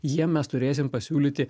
jiem mes turėsim pasiūlyti